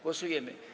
Głosujemy.